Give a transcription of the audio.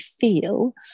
feel